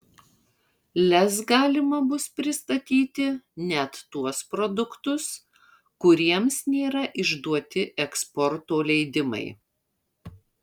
lez galima bus pristatyti net tuos produktus kuriems nėra išduoti eksporto leidimai